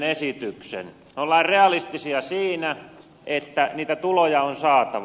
me olemme realistisia siinä että tuloja on saatava